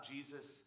Jesus